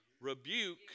rebuke